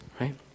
right